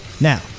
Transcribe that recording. Now